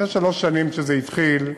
לפני שלוש שנים, כשזה התחיל,